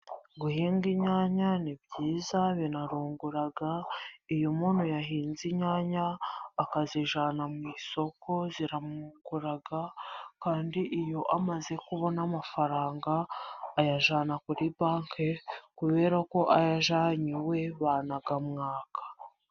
Guhinga inyanya ni byiza biranungura, iyo umuntu yahinze inyanya akazijyana mu isoko ziramwugura, kandi iyo amaze kubona amafaranga ayajyana kuri banki, kubera ko ayajyanye iwe banayamwaka.